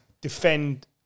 defend